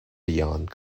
beyond